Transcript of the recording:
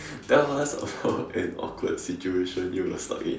tell us about an awkward situation you were stuck in